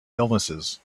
illnesses